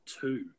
two